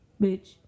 bitch